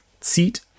seat